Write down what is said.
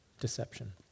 Deception